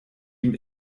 ihm